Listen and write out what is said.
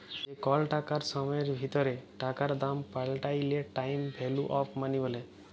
যে কল সময়ের ভিতরে টাকার দাম পাল্টাইলে টাইম ভ্যালু অফ মনি ব্যলে